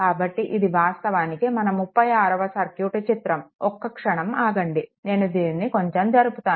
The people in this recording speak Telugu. కాబట్టి ఇది వాస్తవానికి మన 36వ సర్క్యూట్ చిత్రం ఒక్క క్షణం ఆగండి నేను దీనిని కొంచెం జరుపుతాను